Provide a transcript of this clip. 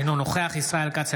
אינו נוכח ישראל כץ,